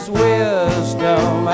wisdom